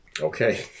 Okay